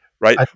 right